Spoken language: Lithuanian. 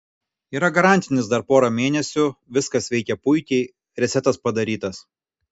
yra garantinis dar pora mėnesių viskas veikia puikiai resetas padarytas